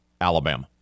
Alabama